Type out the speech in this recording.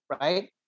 right